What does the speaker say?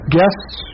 Guests